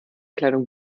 kleidung